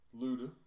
Luda